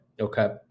Okay